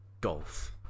Golf